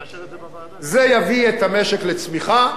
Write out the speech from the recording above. זה יביא את המשק לצמיחה.